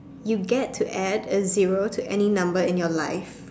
you get to add a zero to any number in your life